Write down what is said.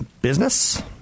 business